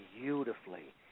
beautifully